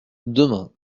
demain